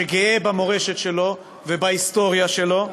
שגאה במורשת שלו ובהיסטוריה שלו,